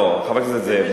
לא, חבר הכנסת זאב.